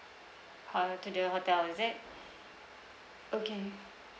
ho~ to the hotel is it okay